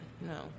No